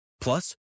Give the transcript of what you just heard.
Plus